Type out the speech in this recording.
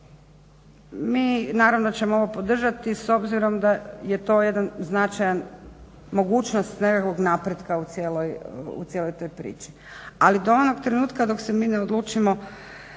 Mi naravno da ćemo ovo podržati s obzirom da je to jedna značajna mogućnost nekakvog napretka u cijeloj toj priči. Ali do onog trenutka dok se mi ne odlučimo